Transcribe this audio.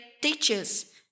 teachers